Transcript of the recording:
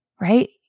right